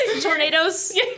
Tornadoes